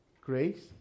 grace